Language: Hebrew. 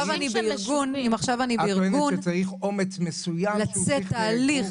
את טוענת שצריך אומץ מסוים שהוא צריך לאזור אותו.